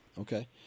okay